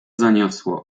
zaniosło